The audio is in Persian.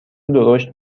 درشت